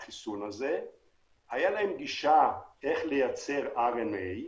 הייתה להן גישה איך לייצר רנ"א.